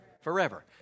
forever